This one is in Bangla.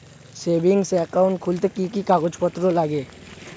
সেভিংস একাউন্ট খুলতে কি কি কাগজপত্র লাগে?